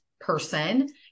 person